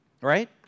Right